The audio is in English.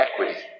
Equity